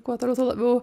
kuo toliau tuo labiau